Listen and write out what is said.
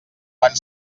quan